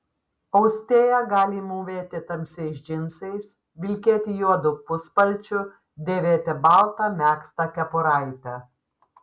austėja gali mūvėti tamsiais džinsais vilkėti juodu puspalčiu dėvėti baltą megztą kepuraitę